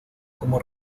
como